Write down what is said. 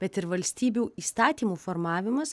bet ir valstybių įstatymų formavimas